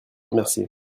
remercier